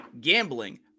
Gambling